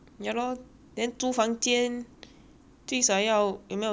最少要有没有什么六八百这样